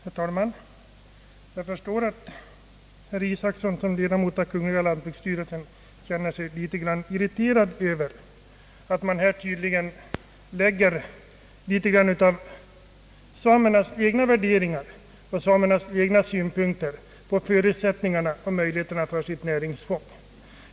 Herr talman! Jag förstår att herr Isacson som ledamot av kungl. lantbruksstyrelsen känner sig litet irriterad över att man här lägger något av samernas egna värderingar och samernas egna synpunkter på förutsättningarna för deras näringsfång.